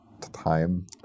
time